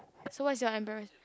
so what is your embarrassed